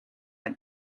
that